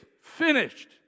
finished